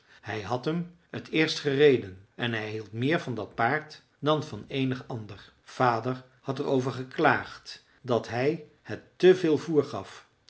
hij had hem t eerst gereden en hij hield meer van dat paard dan van eenig ander vader had er over geklaagd dat hij het te veel voer gaf